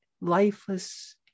lifeless